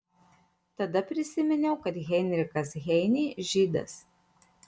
tada prisiminiau kad heinrichas heinė žydas